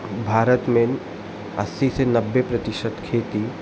भारत में अस्सी से नब्बे प्रतिशत खेती